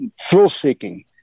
thrill-seeking